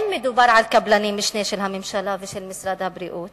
אם מדובר על קבלני משנה של הממשלה ושל משרד הבריאות